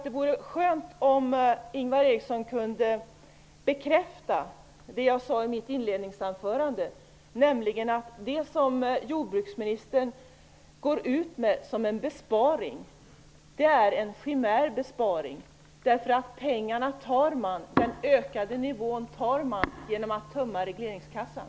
Det vore skönt om Ingvar Eriksson också kunde bekräfta det jag sade i mitt inledningsanförande, nämligen att det som jordbruksministern går ut med som en besparing är en chimär besparing. Pengarna tar man genom att tömma regleringskassan.